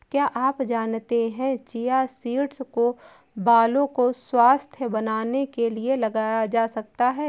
क्या आप जानते है चिया सीड्स को बालों को स्वस्थ्य बनाने के लिए लगाया जा सकता है?